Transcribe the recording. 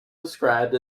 described